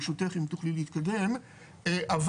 אבל,